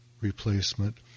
replacement